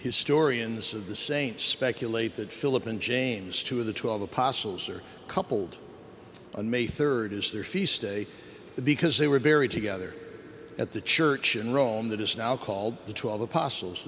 historians of the saints speculate that philip and james two of the twelve apostles are coupled on may rd is their feast day because they were buried together at the church in rome that is now called the twelve apostles